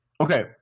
Okay